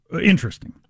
interesting